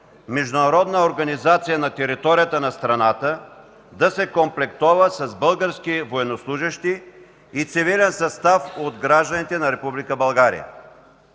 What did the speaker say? международна организация на територията на страната да се комплектува с български военнослужещи и цивилен състав от граждани на Република България.